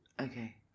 Okay